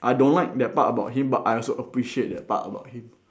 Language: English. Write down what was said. I don't like that part about him but I also appreciate that part about him